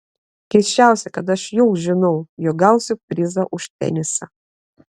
keisčiausia kad aš jau žinau jog gausiu prizą už tenisą